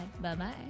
Bye-bye